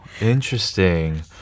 interesting